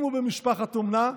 אם הוא במשפחת אומנה,